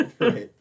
right